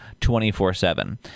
24-7